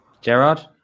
Gerard